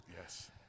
yes